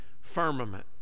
firmament